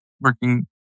working